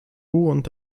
und